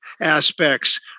aspects